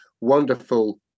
wonderful